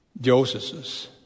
Joseph's